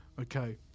Okay